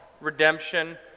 redemption